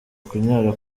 kunyara